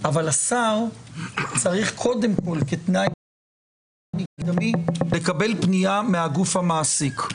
אבל השר צריך קודם כל כתנאי מקדמי לקבל פנייה מהגוף המעסיק.